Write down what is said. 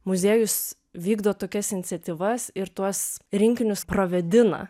muziejus vykdo tokias iniciatyvas ir tuos rinkinius pravėdina